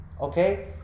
Okay